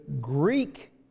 Greek